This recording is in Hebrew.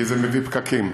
כי זה מביא פקקים,